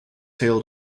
hailed